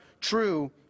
true